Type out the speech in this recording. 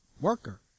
worker